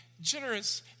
generous